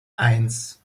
eins